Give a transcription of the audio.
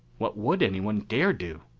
what would anyone dare do?